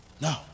no